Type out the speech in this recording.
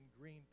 green